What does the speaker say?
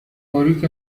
تاریک